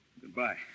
Goodbye